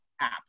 App